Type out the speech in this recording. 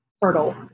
hurdle